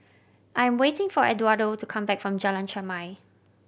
I am waiting for Edwardo to come back from Jalan Chermai